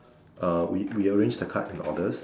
uh we we arrange the cards in orders